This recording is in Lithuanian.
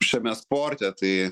šiame sporte tai